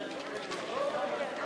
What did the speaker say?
שם החוק